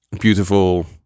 beautiful